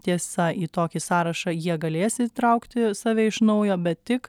tiesa į tokį sąrašą jie galės įtraukti save iš naujo bet tik